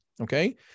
okay